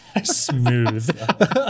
smooth